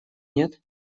нет